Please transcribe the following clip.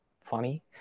funny